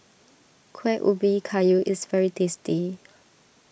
Kueh Ubi Kayu is very tasty